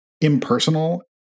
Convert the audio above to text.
impersonal